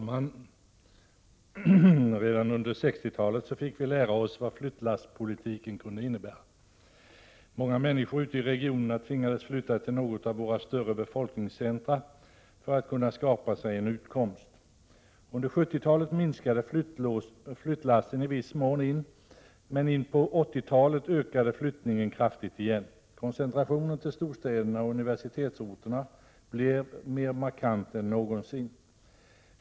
Herr talman! Redan under 60-talet fick vi lära oss vad flyttlasspolitiken kunde innebära. Många människor ute i regionerna tvingades flytta till något av våra större befolkningscentra för att kunna skapa sig en utkomst. Under 70-talet minskade flyttlassen i viss mån, men in på 80-talet ökade flyttningen kraftigt igen. Koncentrationen till storstäderna och universitetsorterna blev mer markant än någonsin.